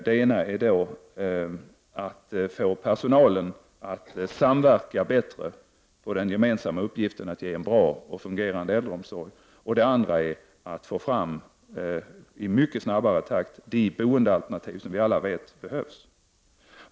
Den ena typen är att få personalen att samverka bättre med den gemensamma uppgiften att ge en bra och fungerande äldreomsorg. Den andra är att i mycket snabbare takt få fram de boendealternativ som vi alla vet behövs.